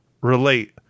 relate